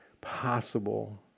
possible